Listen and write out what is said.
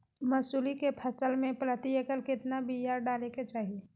मसूरी के फसल में प्रति एकड़ केतना बिया डाले के चाही?